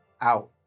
out